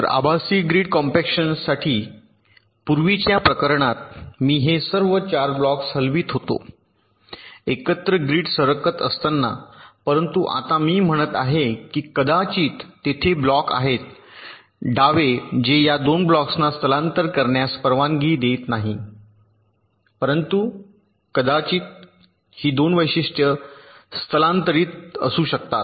तर आभासी ग्रिड कॉम्पॅक्शनसाठी पूर्वीच्या प्रकरणात मी हे सर्व 4 ब्लॉक्स हलवित होतो एकत्र ग्रीड सरकत असताना परंतु आता मी म्हणत आहे की कदाचित तेथे ब्लॉक आहेत डावे जे या 2 ब्लॉक्सना स्थलांतर करण्यास परवानगी देत नाही परंतु कदाचित ही 2 वैशिष्ट्ये स्थलांतरित असू शकतात